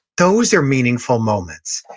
those are meaningful moments.